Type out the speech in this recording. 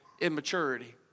immaturity